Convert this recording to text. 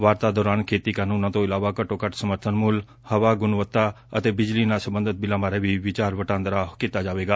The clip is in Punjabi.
ਵਾਰਤਾ ਦੌਰਾਨ ਖੇਤੀ ਕਾਨੂੰਨਾਂ ਤੋਂ ਇਲਾਵਾ ਘੱਟੋ ਘੱਟ ਸਮਰਥਨ ਮੁੱਲ ਹਵਾ ਗੁਣਵੱਤਾ ਅਤੇ ਬਿਜਲੀ ਨਾਲ ਸਬੰਧਤ ਬਿੱਲਾਂ ਬਾਰੇ ਵੀ ਵਿਚਾਰ ਵਟਾਂਦਰਾ ਕੀਤਾ ਜਾਵੇਗਾ